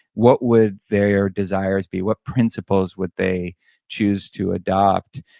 what would their desires be, what principles would they choose to adopt.